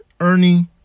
Ernie